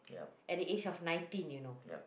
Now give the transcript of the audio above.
at the age of nineteen you know